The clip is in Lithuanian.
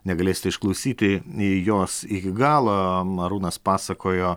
negalėsite išklausyti jos iki galo arūnas pasakojo